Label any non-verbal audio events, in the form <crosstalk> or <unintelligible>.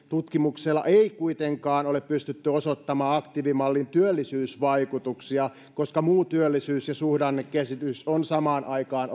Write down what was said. <unintelligible> tutkimuksella ei kuitenkaan ole pystytty osoittamaan aktiivimallin työllisyysvaikutuksia koska muu työllisyys ja suhdannekehitys ovat samaan aikaan <unintelligible>